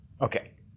Okay